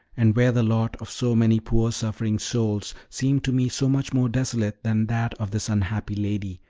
and where the lot of so many poor suffering souls seemed to me so much more desolate than that of this unhappy lady,